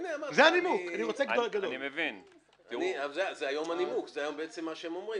זה הנימוק, זה מה שהם היום אומרים.